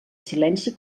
silenci